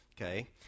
Okay